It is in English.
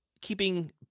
keeping